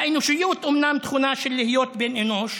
האנושיות היא אומנם תכונה של להיות בן אנוש,